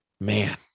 man